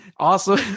Awesome